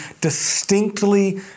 distinctly